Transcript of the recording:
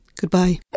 goodbye